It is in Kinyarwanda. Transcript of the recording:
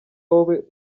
wowe